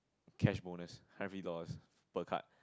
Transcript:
cash bonus five fifty dollars per card